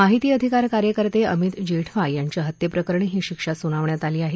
माहिती अधिकार कार्यकर्ते अमित जेठवा यांच्या हत्येप्रकरणी ही शिक्षा स्नावण्यात आली आहे